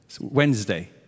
Wednesday